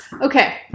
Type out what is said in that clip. okay